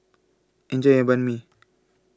Enjoy your Banh MI